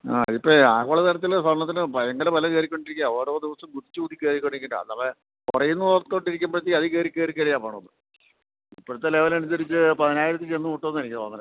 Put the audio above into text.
ആ ഇപ്പോള് ആഗോള തലത്തില് സ്വർണ്ണത്തിനു ഭയങ്കര വില കയറിക്കൊണ്ടിരിക്കുകയാണ് ഓരോ ദിവസവും കുതിച്ചുകുത്തി കയറിക്കൊണ്ടിരിക്കുന്നുണ്ട് അഥവാ കുറയോന്നോര്ത്തോണ്ടിരിക്കുമ്പോഴത്തേക്ക് അതീ കയറിക്കയറിക്കയറിയാണു പോണത് ഇപ്പോഴത്തെ ലെവലനുസരിച്ച് പതിനായിരത്തില്ച്ചെന്നു മുട്ടുമെന്നാണ് എനിക്ക് തോന്നുന്നത്